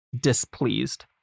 displeased